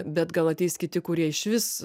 bet gal ateis kiti kurie išvis